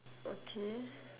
okay